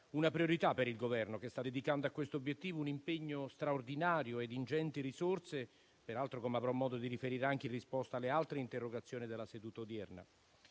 una priorità per il Governo che sta dedicando a questo obiettivo un impegno straordinario ed ingenti risorse, come avrò modo di riferire anche in risposta alle altre interrogazioni della seduta odierna.